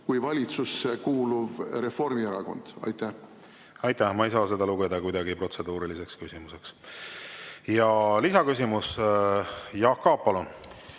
kui valitsusse kuuluv Reformierakond? Aitäh! Ma ei saa seda lugeda kuidagi protseduuriliseks küsimuseks. Lisaküsimus, Jaak Aab, palun!